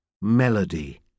melody